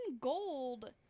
gold